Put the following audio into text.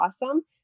awesome